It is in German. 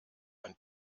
ein